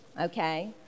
Okay